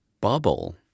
bubble